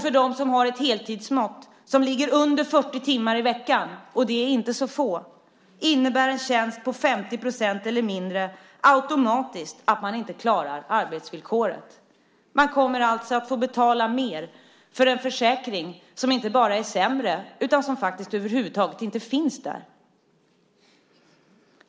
För dem som har ett heltidsmått som ligger under 40 timmar i veckan - och det är inte så få - innebär en tjänst på 50 % eller mindre automatiskt att man inte klarar arbetsvillkoret. Man kommer alltså att få betala mer för en försäkring som inte bara är sämre utan som över huvud taget inte finns där.